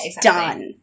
done